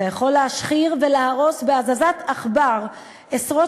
אתה יכול להשחיר ולהרוס בהזזת עכבר עשרות